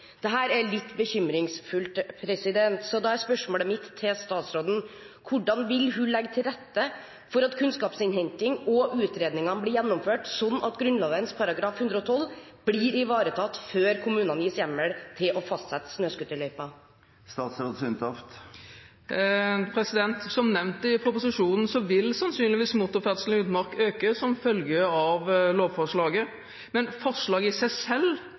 det inneholdt «en noe mer strukturert og utfyllende vurdering av mulige konsekvenser av forslaget». Dette er litt bekymringsfullt, og da er spørsmålet mitt til statsråden: Hvordan vil hun legge til rette for at kunnskapsinnhenting og utredninger blir gjennomført slik at Grunnloven § 112 blir ivaretatt, før kommunene gis hjemmel til å fastsette snøscooterløyper? Som nevnt i proposisjonen vil motorferdsel i utmark sannsynligvis øke som følge av lovforslaget, men forslaget i seg selv